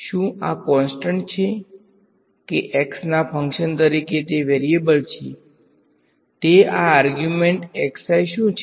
શું આ કોંસ્ટંટ છે કે x ના ફંક્શન તરીકે તે વેરીએબલ છે તે આ આર્ગ્યુમેંટ શું છે